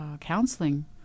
counseling